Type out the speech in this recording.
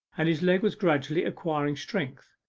and his leg was gradually acquiring strength,